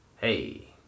Hey